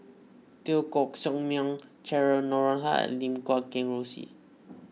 Teo Koh Sock Miang Cheryl Noronha and Lim Guat Kheng Rosie